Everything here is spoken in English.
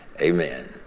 Amen